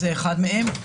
זה אחד מהם,